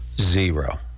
Zero